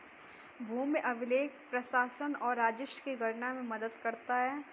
भूमि अभिलेख प्रशासन और राजस्व की गणना में मदद करता है